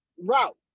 route